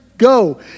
Go